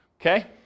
okay